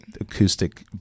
acoustic